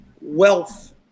wealth